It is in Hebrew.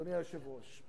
אדוני היושב-ראש.